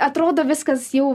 atrodo viskas jau